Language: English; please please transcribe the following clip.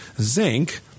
zinc